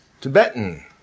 Tibetan